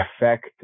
effect